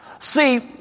See